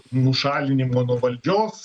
nušalinimo nuo valdžios